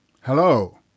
Hello